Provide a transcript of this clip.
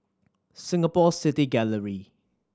Singapore City Gallery